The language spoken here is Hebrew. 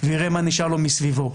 ויראה מה נשאר לו מסביבו.